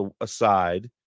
aside